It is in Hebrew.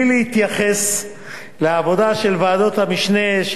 בלי להתייחס לעבודה של ועדות המשנה,